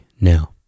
now